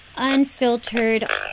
Unfiltered